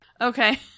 Okay